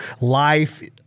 life